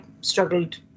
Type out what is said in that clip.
struggled